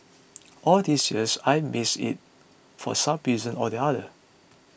all these years I missed it for some reason or the other